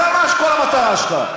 זו כל המטרה שלך.